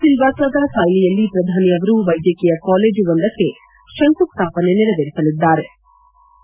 ಸಿಲ್ಲಾಸ್ತಾದ ಸಾಯ್ಲಿಯಲ್ಲಿ ಪ್ರಧಾನಿ ಅವರು ವೈದ್ಯಕೀಯ ಕಾಲೇಜೊಂದಕ್ಕೆ ಶಂಕು ಸ್ಟಾಪನೆ ನೆರವೇರಿಸಲಿದ್ಲಾರೆ